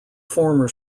former